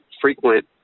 frequent